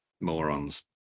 Morons